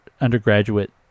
undergraduate